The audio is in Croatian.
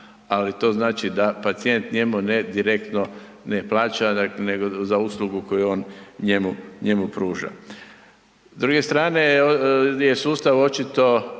ali to znači da pacijent njemu ne direktno ne plaća, nego za uslugu koju on njemu, njemu pruža. S druge strane je sustav očito